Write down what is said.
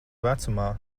vecumā